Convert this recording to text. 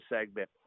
segment